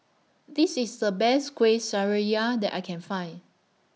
This IS The Best Kuih Syara that I Can Find